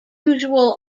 usual